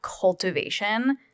cultivation